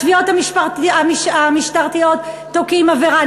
התביעות המשטרתיות תוקעות עבירה.